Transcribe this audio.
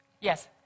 yes